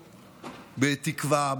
בתקווה,